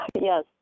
Yes